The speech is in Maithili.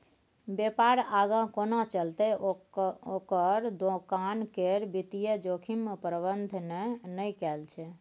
बेपार आगाँ कोना चलतै ओकर दोकान केर वित्तीय जोखिम प्रबंधने नहि कएल छै